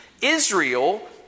Israel